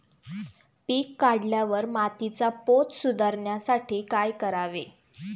पीक काढल्यावर मातीचा पोत सुधारण्यासाठी काय करावे?